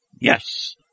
Yes